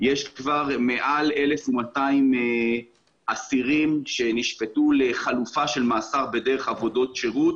יש כבר מעל 1,200 אסירים שנשפטו לחלופה של מאסר בדרך עבודות שירות